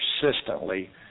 persistently